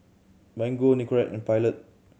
Mango Nicorette and Pilot